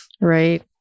right